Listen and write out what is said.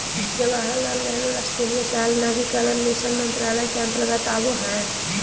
जवाहरलाल नेहरू राष्ट्रीय शहरी नवीनीकरण मिशन मंत्रालय के अंतर्गत आवो हय